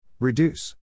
Reduce